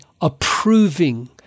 approving